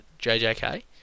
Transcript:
JJK